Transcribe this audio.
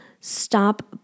stop